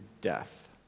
death